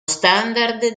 standard